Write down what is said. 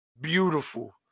beautiful